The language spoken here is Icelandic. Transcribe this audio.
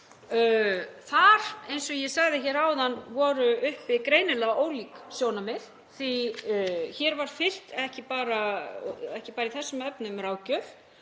Þar, eins og ég sagði áðan, voru uppi greinilega ólík sjónarmið því að hér var fylgt, ekki bara í þessum efnum, ráðgjöf